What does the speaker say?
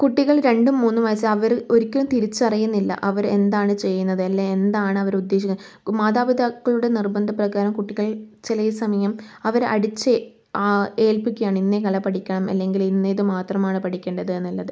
കുട്ടികൾ രണ്ടും മൂന്നും വയസ്സിൽ അവര് ഒരിക്കലും തിരിച്ചറിയുന്നില്ല അവര് എന്താണ് ചെയ്യുന്നത് അല്ലെ എന്താണ് അവര് ഉദ്ദേശിക്കുന്നത് മാതാപിതാക്കളുടെ നിർബന്ധപ്രകാരം കുട്ടികൾ ചില സമയം അവർ അടിച്ച് ഏൽപ്പിക്കാണ് ഇന്ന കല പഠിക്കണം അല്ലെങ്കിൽ ഇന്ന ഇത് മാത്രമാണ് പഠിക്കണ്ടത് എന്നിള്ളത്